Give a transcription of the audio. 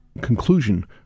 conclusion